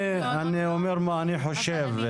אני אומר מה אני חושב.